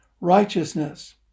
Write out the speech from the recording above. Righteousness